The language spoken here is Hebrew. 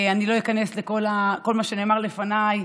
אני לא איכנס לכל מה שנאמר לפניי,